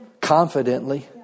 Confidently